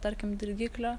tarkim dirgiklio